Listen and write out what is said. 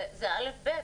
זה א'-ב'.